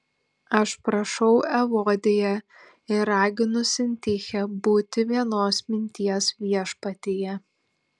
aš prašau evodiją ir raginu sintichę būti vienos minties viešpatyje